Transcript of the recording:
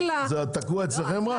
זה תקוע אצלכם עוד?